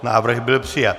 Návrh byl přijat.